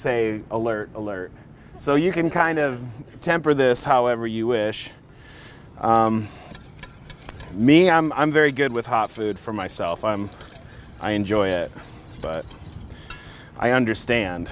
say alert alert so you can kind of temper this however you wish me i'm very good with hot food for myself i enjoy it but i understand